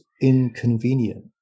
inconvenient